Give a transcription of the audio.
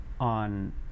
on